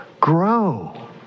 grow